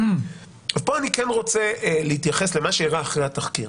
אני כן רוצה להתייחס למה שאירע אחרי התחקיר.